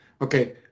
okay